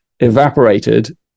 Evaporated